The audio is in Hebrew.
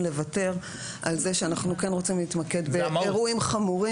לוותר על זה שאנחנו כן רוצים להתמקד באירועים חמורים